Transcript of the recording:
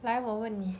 来我问你